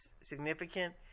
significant